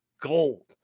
gold